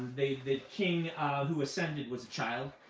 the the king who ascended was a child,